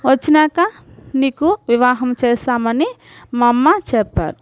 వచ్చినాక నీకు వివాహము చేస్తామని మా అమ్మ చెప్పారు